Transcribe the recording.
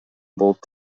болуп